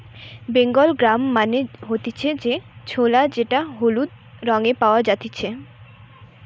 Bengal gram মানে হতিছে যে ছোলা যেটা হলুদ রঙে পাওয়া জাতিছে